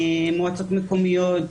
מועצות מקומיות,